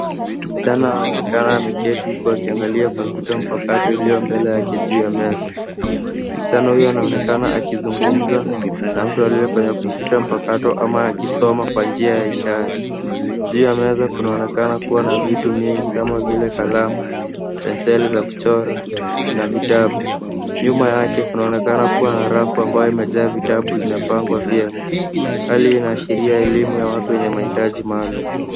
Msichana anaonekana ameketi huku akiangalia kompyuta mpakato ulio mbele yake juu ya meza. Msichana huyo anaonekana akizungumza na mtu aliyefanya kompyuta mpakato ama akisoma kwa njia ya ishara. Juu ya meza kunaonekana kuwa na vitu mingi kama vile kalamu, penseli za kuchora, na vitabu. Nyuma yake kunaonekana kuwa na rafu ambayo imejaa vitabu zimepangwa vyema. Hali inaashiria elimu ya watu wenye mahitaji maalum.